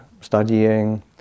studying